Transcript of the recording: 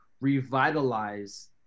revitalize